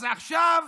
אז עכשיו